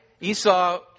Esau